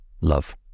love